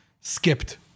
skipped